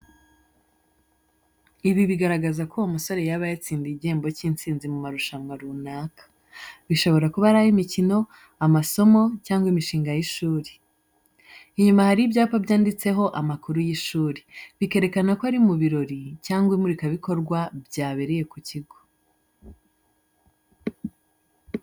Ibi bigaragaza ko uwo musore yaba yatsindiye igihembo cy’intsinzi mu marushanwa runaka , bishobora kuba ari ay’imikino, amasomo, cyangwa imishinga y’ishuri. Inyuma hari ibyapa byanditseho amakuru y’ishuri, bikerekana ko ari mu birori cyangwa imurikabikorwa byabereye ku kigo.